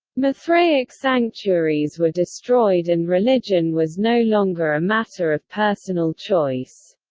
mithraic sanctuaries were destroyed and religion was no longer a matter of personal choice.